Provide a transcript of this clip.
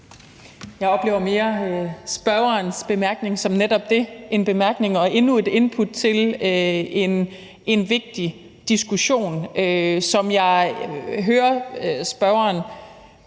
Jeg oplever mere spørgerens bemærkning som netop det: en bemærkning og endnu et input til en vigtig diskussion. Som jeg hører spørgerens